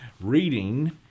reading